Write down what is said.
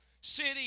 city